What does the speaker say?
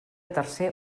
tercer